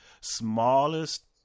smallest